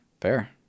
Fair